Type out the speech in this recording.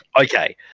Okay